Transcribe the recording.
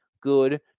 good